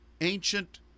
ancient